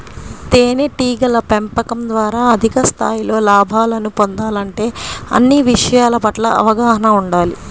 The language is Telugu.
తేనెటీగల పెంపకం ద్వారా అధిక స్థాయిలో లాభాలను పొందాలంటే అన్ని విషయాల పట్ల అవగాహన ఉండాలి